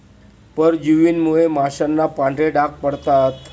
परजीवींमुळे माशांना पांढरे डाग पडतात